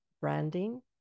branding